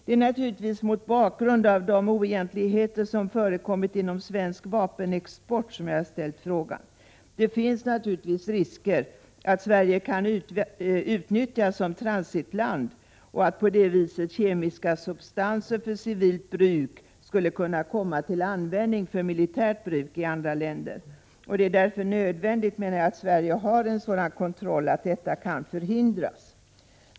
Det är naturligtvis mot bakgrund av de oegentligheter som förekommit inom svensk vapenexport som jag ställt frågan. Det finns naturligtvis risker att Sverige kan utnyttjas som transitland och att på det viset kemiska 65 substanser för civilt bruk skulle kunna komma till användning för militärt bruk i andra länder. Det är därför nödvändigt, anser jag, att Sverige har en sådan kontroll att detta kan förhindras.